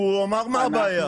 והוא אמר מה הבעיה.